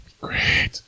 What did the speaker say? Great